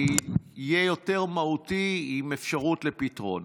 זה יהיה יותר מהותי עם אפשרות לפתרון.